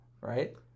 right